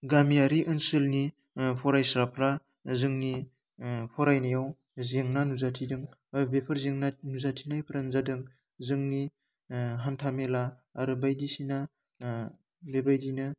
गामियारि ओनसोलनि ओह फरायसाफ्रा जोंनि ओह फरायनायाव जेंना नुजाथिदों ओह बेफोर जेंना नुजाथिनायफ्रानो जादों जोंनि ओह हान्थामेला आरो बायिदसिना ओह बेबायदिनो